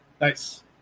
nice